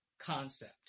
concept